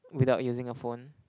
without using a phone